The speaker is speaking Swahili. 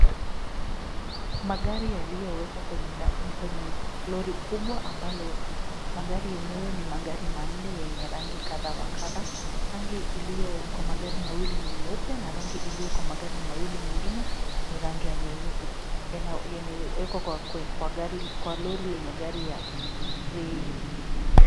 Magari yaliyowekwa kwenye lori kubwa ambalo magari yenyewe ni magari manne yenye rangi kadha wa kadha .Rangi iliyo kwa magari mawili ni nyeupe na rangi iliyo kwa magari mawili mengine ni rangi ya nyeusi yaliyowekwa kwa lori lenye gari ya grey .